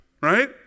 right